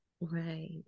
right